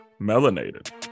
melanated